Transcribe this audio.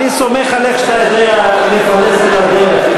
אני סומך עליך שאתה יודע לפלס את הדרך.